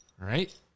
right